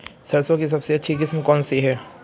सरसों की सबसे अच्छी किस्म कौन सी है?